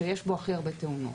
ענף שיש בו הכי הרבה תאונות.